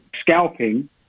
scalping